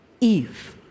Eve